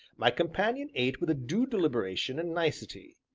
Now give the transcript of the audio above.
my companion ate with a due deliberation and nicety,